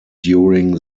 during